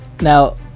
now